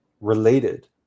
related